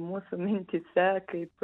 mūsų mintyse kaip